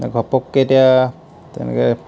ঘপককৈ এতিয়া তেনেকৈ